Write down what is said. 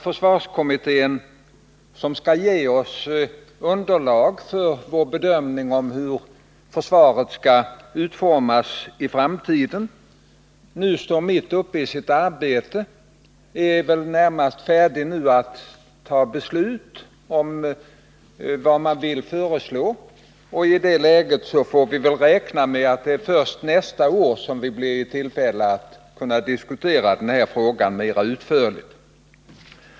Försvarskommittén, som skall ge oss underlag för vår bedömning av hur försvaret skall utformas i framtiden, står nu mitt uppe i sitt arbete och är väl i det närmaste färdig att fatta beslut om vad den vill föreslå. I det läget får vi väl räkna med att först nästa år bli i tillfälle att diskutera den här frågan mer utförligt.